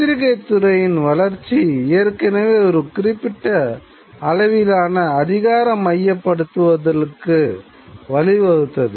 பத்திரிகைத்துறையின் வளர்ச்சி ஏற்கனவே ஒரு குறிப்பிட்ட அளவிலான அதிகார மையப்படுத்தலுக்கு வழிவகுத்தது